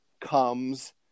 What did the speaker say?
comes